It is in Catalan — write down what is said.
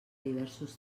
diversos